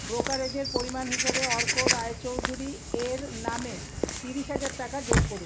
ব্রোকারেজের পরিমাণ হিসেবে অর্ক রায়চৌধুরী এর নামে ত্রিশ হাজার টাকা যোগ করুন